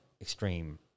extreme